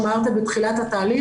על מה שאמרת בתחילת התהליך.